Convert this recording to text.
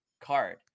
card